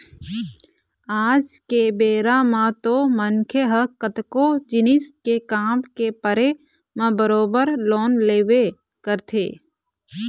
आज के बेरा म तो मनखे ह कतको जिनिस के काम के परे म बरोबर लोन लेबे करथे